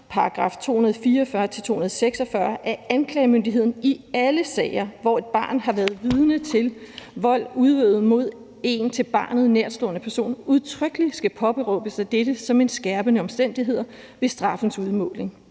børn, § 244-246, at anklagemyndigheden i alle sager, hvor et barn har været vidne til vold udøvet mod en til barnet nærtstående person, udtrykkelig skal påberåbe sig dette som en skærpende omstændighed ved straffens udmåling.